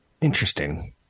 Interesting